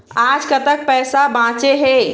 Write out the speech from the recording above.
आज कतक पैसा बांचे हे?